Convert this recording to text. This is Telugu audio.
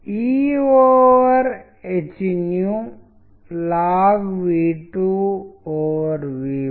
బహుశా ఇది ఏదైనా కొలవడం లేదా కొలవలేకపోవడం లేదా సమస్యను ఎదుర్కోవడం లేదా కొలిచే సవాలును తీసుకోవడం గురించి మీకు ఏదైనా చెప్పోచ్చు